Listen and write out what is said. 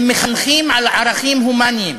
הן מחנכות על ערכים הומניים,